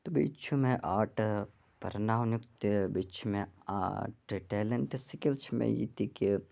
تہٕ بیٚیہِ چھُ مےٚ آرٹ پَرناونُک تہِ بیٚیہِ چھُ مےٚ آرٹ ٹیلنٛٹ سِکِل چھُ مےٚ یہِ تہِ کہِ